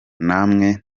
namwe